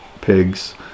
pigs